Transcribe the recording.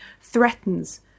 threatens